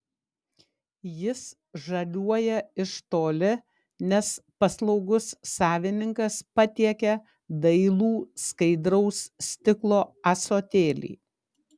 jis žaliuoja iš toli nes paslaugus savininkas patiekia dailų skaidraus stiklo ąsotėlį